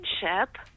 friendship